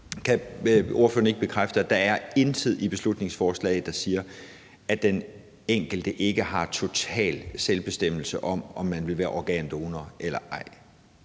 at der intet i beslutningsforslaget siger, at den enkelte ikke har total selvbestemmelse over, om man vil være organdonor eller ej?